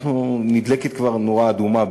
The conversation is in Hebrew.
נדלקת כבר נורה אדומה,